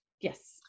Yes